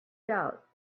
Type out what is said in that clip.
doubt